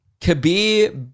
Kabir